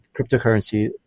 cryptocurrency